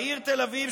בעיר תל אביב,